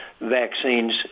vaccines